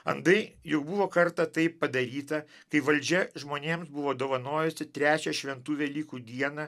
andai juk buvo kartą taip padaryta kai valdžia žmonėms buvo dovanojusi trečią šventų velykų dieną